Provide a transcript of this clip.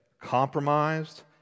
compromised